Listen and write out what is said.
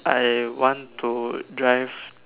I want to drive